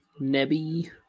Nebby